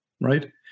right